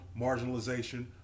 marginalization